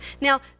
Now